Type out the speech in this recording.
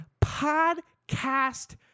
podcast